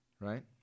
right